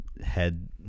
head